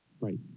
Right